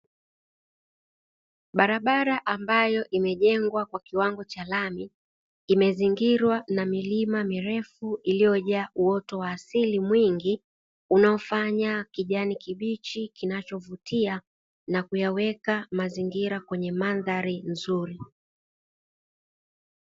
Barabara ambayo imejengwa kwa kiwango cha lami, imezingirwa na milima mirefu iliyojaa uoto wa asili mwingi unaofanya kijani kibichi kinachovutia na kuyaweka mazingira kwenye mandhari nzuri.